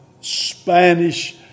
Spanish